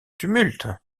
tumulte